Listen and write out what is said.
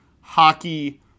Hockey